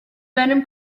venom